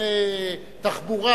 לפני תחבורה,